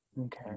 Okay